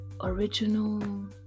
original